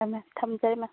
ꯍꯣꯏ ꯃꯦꯝ ꯊꯝꯖꯔꯦ ꯃꯦꯝ